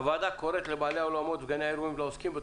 הוועדה קוראת לבעלי האולמות וכל העסקים הנלווים: